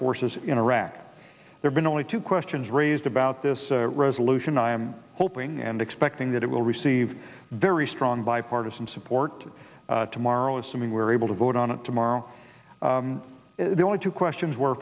forces in iraq there are only two questions raised about this resolution i am hoping and expecting that it will receive very strong bipartisan support tomorrow is something we're able to vote on it tomorrow the only two questions were